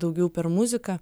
daugiau per muziką